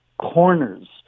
corners